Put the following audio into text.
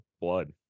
blood